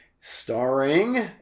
starring